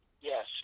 Yes